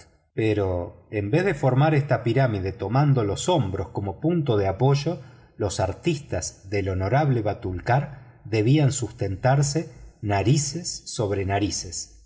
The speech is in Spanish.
pero en vez de formar esta pirámide tomando los hombros como punto de apoyo los artistas del honorable batulcar debían sustentarse narices con narices